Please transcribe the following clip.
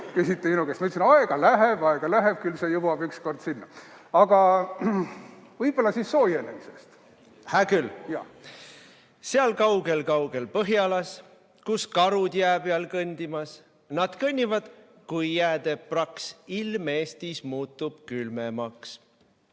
küsiti minu käest. Ma ütlesin, et aega läheb, aega läheb, aga küll see jõuab ükskord ka sinna. Aga võib-olla siis soojenemisest. Hää küll."Seal kaugel-kaugel põhjalas, kus karud jää peal kõndimas, nad kõnnivad, kui jää teeb praks, ilm Eestis muutub külmemaks."